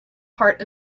part